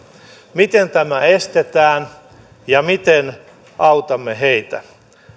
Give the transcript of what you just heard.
miten tämä estetään ja miten autamme heitä